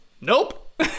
nope